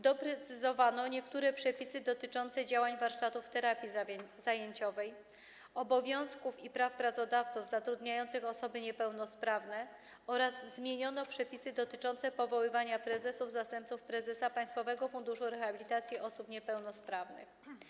Doprecyzowano niektóre przepisy dotyczące działania warsztatów terapii zajęciowej, obowiązków i praw pracodawców zatrudniających osoby niepełnosprawne oraz zmieniono przepisy odnoszące się do powoływania prezesów i zastępców prezesa Państwowego Funduszu Rehabilitacji Osób Niepełnosprawnych.